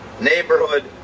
neighborhood